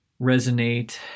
resonate